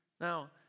Now